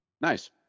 Nice